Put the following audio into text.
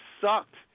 sucked